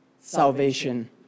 salvation